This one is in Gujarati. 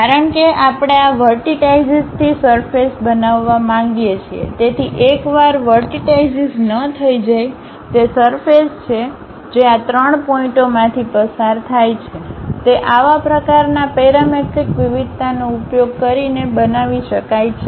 કારણ કે આપણે આ વર્ટિટાઈશીસથી સરફેસ બનાવવા માંગીએ છીએ તેથી એકવાર વર્ટિટાઈશીસ ન થઈ જાય તે સરફેસ જે આ ત્રણ પોઇન્ટઓમાંથી પસાર થાય છે તે આવા પ્રકારના પેરામેટ્રિક વિવિધતાનો ઉપયોગ કરીને બનાવી શકાય છે